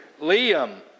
liam